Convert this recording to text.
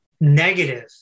Negative